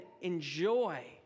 enjoy